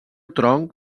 tronc